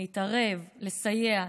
להתערב, לסייע,